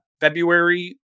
February